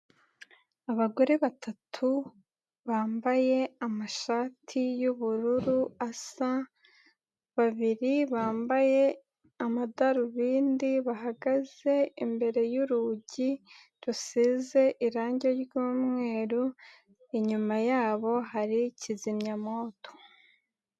Abagore batatu bambaye amashati y'ubururu asa, babiri bambaye amadarubindi bahagaze imbere y'urugi rusize irange ry'umweru, inyuma yabo hari kizimyamwoto.